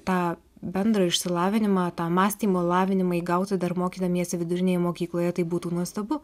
tą bendrą išsilavinimą tą mąstymo lavinimą įgauti dar mokydamiesi vidurinėje mokykloje tai būtų nuostabu